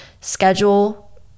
schedule